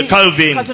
Calvin